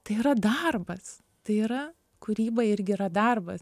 tai yra darbas tai yra kūryba irgi yra darbas